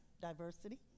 diversity